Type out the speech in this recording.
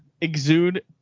exude